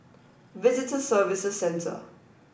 visitor Services Center